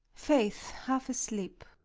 faith, half asleep.